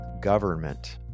government